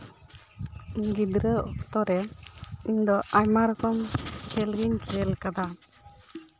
ᱜᱤᱫᱽᱨᱟᱹ ᱚᱠᱛᱚ ᱨᱮ ᱤᱧ ᱫᱚ ᱟᱭᱢᱟ ᱨᱚᱠᱚᱢ ᱠᱷᱮᱞ ᱜᱤᱧ ᱠᱷᱮᱞ ᱟᱠᱟᱫᱟ